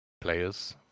players